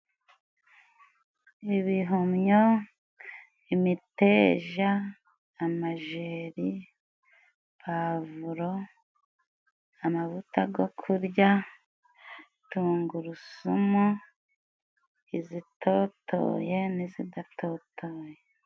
Ibihumyo, imiteja, amajeri, pavuro, amavuta go kurya, tungurusumu, izitotoye n'izidatotoye.